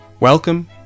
Welcome